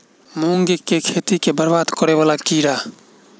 मूंग की खेती केँ बरबाद करे वला कीड़ा?